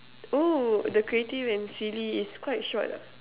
oh the creative and silly is quite short lah